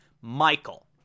Michael